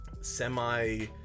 semi